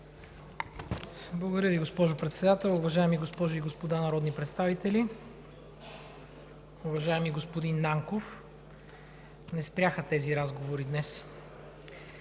Благодаря Ви, госпожо Председател. Уважаеми госпожи и господа народни представители, уважаеми господин Нанков! Не спряха тези разговори днес.